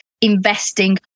investing